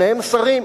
שניהם שרים.